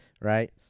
right